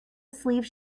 sleeve